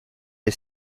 est